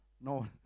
No